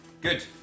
good